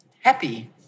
happy